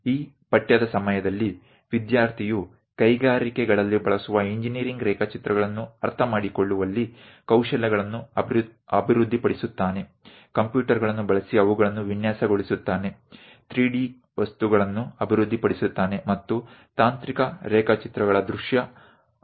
આ અભ્યાસક્રમ દરમિયાન વિદ્યાર્થીઓ ઉદ્યોગોમાં ઉપયોગમાં લેવામાં આવતા એન્જિનિયરિંગ ડ્રોઈંગ ને સમજવામાં કુશળતા વિકસાવશે કમ્પ્યુટરનો ઉપયોગ કરીને તેમને ડિઝાઇન કરશે 3 ડી ઓબ્જેક્ટ્સ વિકસિત કરશે અને તકનીકી ડ્રોઇંગ ના દ્રશ્ય પાસાઓ સમજશે